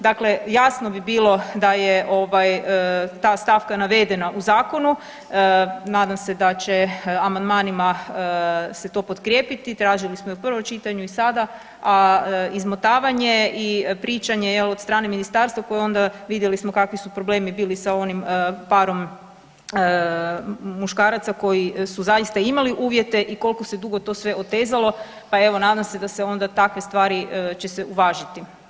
Dakle, jasno bi bilo da je ovaj ta stavka navedena u zakonu, nadam se da će amandmanima se to potkrijepiti, tražili smo to u prvom čitanju i sada, a izmotavanje i pričanje jel od strane ministarstva koje onda vidjeli smo kakvi su problemi bili sa onim parom muškaraca koji su zaista imali uvjete i koliko se dugo to sve otezalo pa evo nadam se da se onda takve će se uvažiti.